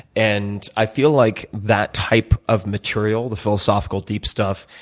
and i feel like that type of material, the philosophical deep stuff,